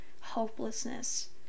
hopelessness